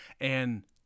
And-